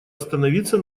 остановиться